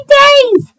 days